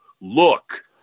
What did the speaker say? Look